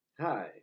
Hi